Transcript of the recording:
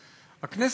הכנסת,